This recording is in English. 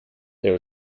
there